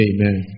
Amen